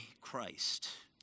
Christ